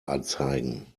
anzeigen